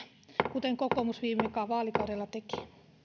kuten kokoomus viime vaalikaudella teki